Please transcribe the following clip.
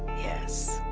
yes.